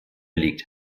liegt